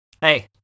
Hey